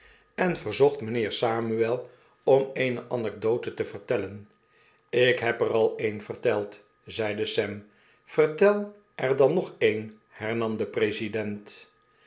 en verzocht mynheer samuel om eene anekdote te vertellen ik heb er al een verteld zeide sam vertel er dan nog eene hernam de president